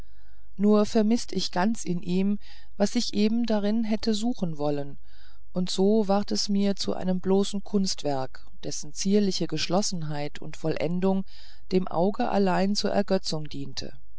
nur vermißt ich ganz in ihm was ich eben darin hätte suchen wollen und so ward es mir zu einem bloßen kunstwerk dessen zierliche geschlossenheit und vollendung dem auge allein zur ergötzung diente